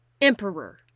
Emperor